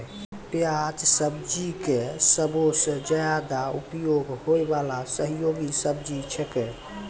प्याज सब्जी के सबसॅ ज्यादा उपयोग होय वाला सहयोगी सब्जी छेकै